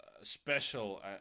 special